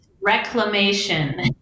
Reclamation